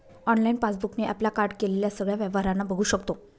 online passbook ने आपल्या card केलेल्या सगळ्या व्यवहारांना बघू शकतो